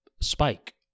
spike